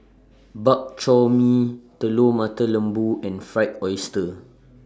Bak Chor Mee Telur Mata Lembu and Fried Oyster